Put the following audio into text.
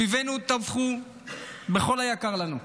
אויבינו טבחו בכל היקר לנו.